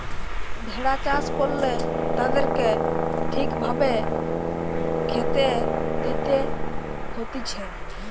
ভেড়া চাষ করলে তাদেরকে ঠিক ভাবে খেতে দিতে হতিছে